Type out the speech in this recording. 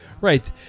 right